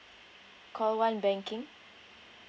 call one banking